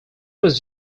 was